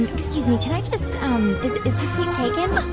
excuse me. can i just is this seat taken?